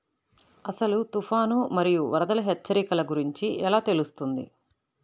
అసలు తుఫాను మరియు వరదల హెచ్చరికల గురించి ఎలా తెలుస్తుంది?